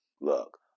look